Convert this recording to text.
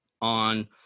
on